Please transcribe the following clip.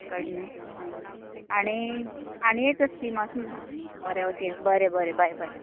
कळ्ळे नु आनी आनी एक स्किम आस बरे ओके बरें बरें बाय बाय